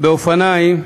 באופניים